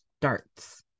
starts